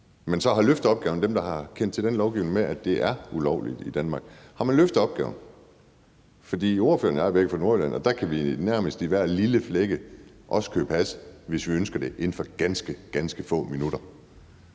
man så har løftet opgaven, altså dem, der har kendt til den lovgivning, der gør, at det er ulovligt i Danmark? Har man løftet opgaven? For ordføreren og jeg er begge fra Nordjylland, og der kan vi nærmest i hver lille flække også købe hash, hvis vi ønsker det, inden for ganske, ganske få minutter.